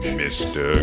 mr